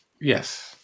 Yes